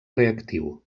reactiu